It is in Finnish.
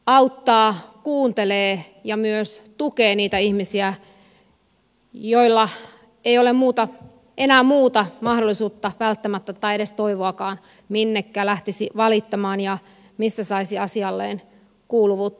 auttaa kuuntelee ja myös tukee niitä ihmisiä joilla ei ole enää muuta mahdollisuutta välttämättä tai edes toivoa minne lähtisi valittamaan ja missä saisi asialleen kuuluvuutta